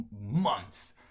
months